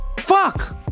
Fuck